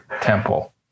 Temple